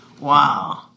Wow